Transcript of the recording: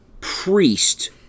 priest